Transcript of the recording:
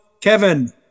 Kevin